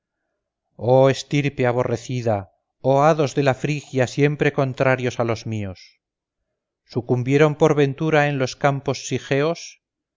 oh estirpe aborrecida oh hados de la frigia siempre contrarios a los míos sucumbieron por ventura en los campos